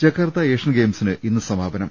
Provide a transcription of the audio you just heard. Jakarta Asian ഗെയിംസിന് ഇന്ന് സമാപനം